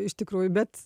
iš tikrųjų bet